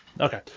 Okay